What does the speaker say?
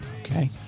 Okay